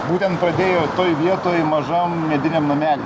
būtent pradėjo toj vietoj mažam mediniam namely